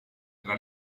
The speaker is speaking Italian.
tra